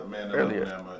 earlier